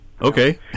Okay